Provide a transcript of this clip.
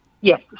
Yes